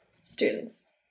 students